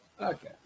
Okay